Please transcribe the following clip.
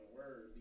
word